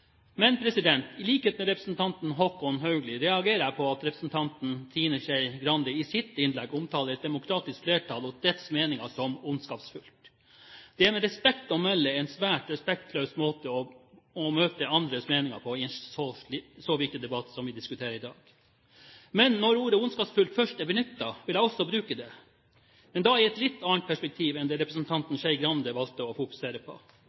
Men når standpunktene først er tatt, blir de ofte framført i et sort-hvitt-perspektiv, med sterke og klare argumenter for sitt standpunkt, og det er også en del av politikkens vesen. I likhet med representanten Håkon Haugli reagerer jeg imidlertid på at representanten Trine Skei Grande i sitt innlegg omtaler et demokratisk flertall og dets meninger som «ondskapsfullt». Det er med respekt å melde en svært respektløs måte å møte andres meninger på i en så viktig debatt som vi har i dag. Når ordet «ondskapsfullt» først er benyttet, vil jeg også